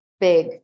big